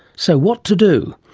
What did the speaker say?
so what to do?